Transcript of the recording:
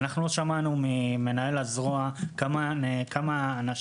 לא שמענו ממנהל זרוע העבודה כמה אנשים